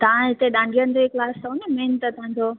तव्हां हिते डांडियनि जो ई क्लास अथव न मेन त तव्हांजो